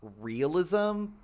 realism